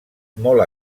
molt